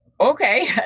Okay